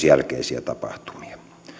jälkeisiä tapahtumia